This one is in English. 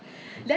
oh